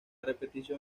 repetición